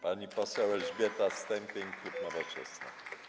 Pani poseł Elżbieta Stępień, klub Nowoczesna.